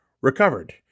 recovered